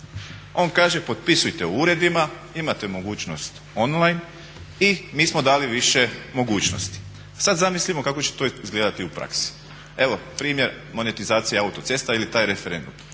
On kaže potpisujte u uredima, imate mogućnost online i mi smo dali više mogućnosti. Sad zamislimo kako će to izgledati u praksi. Evo primjer monetizacije autocesta ili taj referendum.